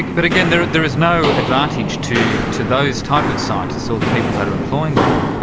but again, there there is no advantage to to those type of scientists, or the people that are employing them,